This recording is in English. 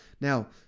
Now